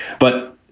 but,